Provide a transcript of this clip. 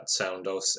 Soundos